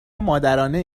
مادرانه